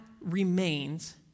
remains